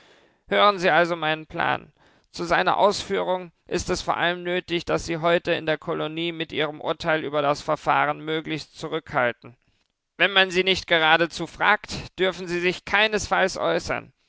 hören sie also meinen plan zu seiner ausführung ist es vor allem nötig daß sie heute in der kolonie mit ihrem urteil über das verfahren möglichst zurückhalten wenn man sie nicht geradezu fragt dürfen sie sich keinesfalls äußern